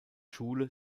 schule